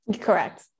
Correct